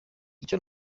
icyo